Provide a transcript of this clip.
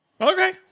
Okay